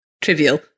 trivial